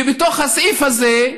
ובתוך הסעיף הזה: